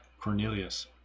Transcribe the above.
Cornelius